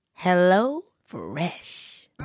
HelloFresh